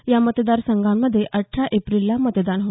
या मतदार संघांमध्ये अठरा एप्रिलला मतदान आहे